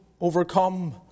overcome